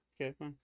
Okay